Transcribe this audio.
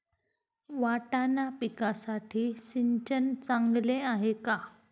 वाटाणा पिकासाठी सिंचन चांगले आहे का?